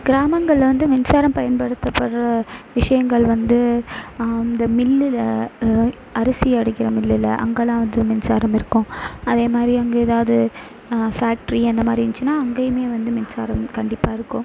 கிராமங்களில் வந்து மின்சாரம் பயன்படுத்தபடுற விஷயங்கள் வந்து அந்த மில்லில் அரிசி அரைக்கிற மில்லில் அங்கெல்லாம் வந்து மின்சாரம் இருக்கும் அதே மாதிரி அங்கே எதாவது ஃபேக்ட்ரி அந்த மாதிரி இருந்ச்சின்னா அங்கேயுமே வந்து மின்சாரம் கண்டிப்பாக இருக்கும்